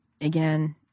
again